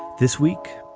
this week,